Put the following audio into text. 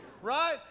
Right